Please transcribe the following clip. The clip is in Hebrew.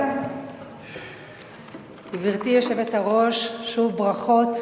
גברתי היושבת-ראש, שוב ברכות,